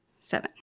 seven